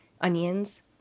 onions